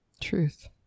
truth